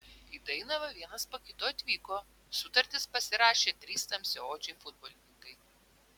į dainavą vienas po kito atvyko sutartis pasirašė trys tamsiaodžiai futbolininkai